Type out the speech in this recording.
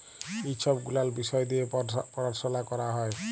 ই ছব গুলাল বিষয় দিঁয়ে পরাশলা ক্যরা হ্যয়